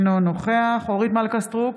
אינו נוכח אורית מלכה סטרוק,